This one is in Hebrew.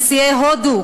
נשיאי הודו,